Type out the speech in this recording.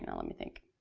and let me think.